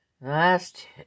last